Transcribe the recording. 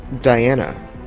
Diana